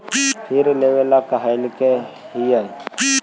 फिर लेवेला कहले हियै?